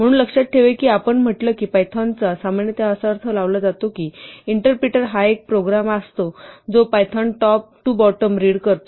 म्हणून लक्षात ठेवा की आपण म्हटलं की पायथॉनचा सामान्यतः असा अर्थ लावला जातो कि इंटरप्रिटर हा एक प्रोग्राम असतो जो Python top to bottom read करतो